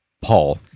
Paul